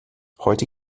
heute